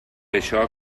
això